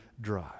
dry